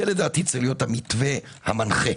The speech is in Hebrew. זה לדעתי צריך להיות המתווה המנחה.